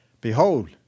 Behold